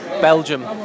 Belgium